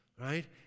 Right